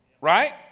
right